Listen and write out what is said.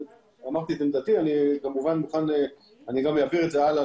אמרתי את עמדתי ואני כמובן גם אעביר את זה הלאה